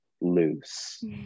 loose